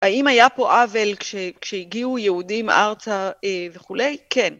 האם היה פה עוול כשהגיעו יהודים ארצה וכולי? כן.